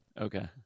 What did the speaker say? Okay